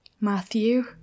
matthew